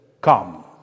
Come